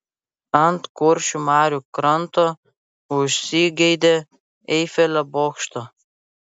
ant kuršių marių kranto užsigeidė eifelio bokšto